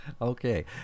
Okay